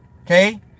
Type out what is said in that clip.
Okay